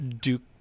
Duke